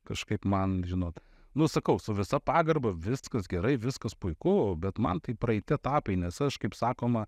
kažkaip man žinot nu sakau su visa pagarba viskas gerai viskas puiku bet man tai praeiti etapai nes aš kaip sakoma